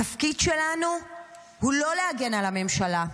התפקיד שלנו הוא לא להגן על הממשלה,